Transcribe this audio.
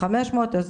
חמש מאות, אז